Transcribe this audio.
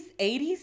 80s